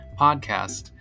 podcast